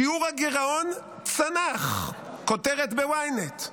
"שיעור הגירעון צנח" כותרת ב-ynet.